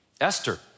Esther